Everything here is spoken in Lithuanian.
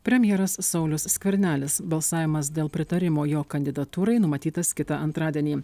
premjeras saulius skvernelis balsavimas dėl pritarimo jo kandidatūrai numatytas kitą antradienį